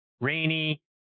rainy